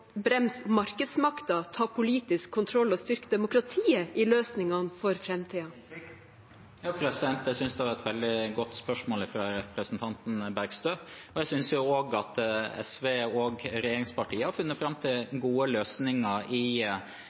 bremse markedsmakten, ta politisk kontroll og styrke demokratiet i løsningene for framtiden. Jeg synes det var et veldig godt spørsmål fra representanten Bergstø. Jeg synes også at SV og regjeringspartiene har funnet fram til gode løsninger i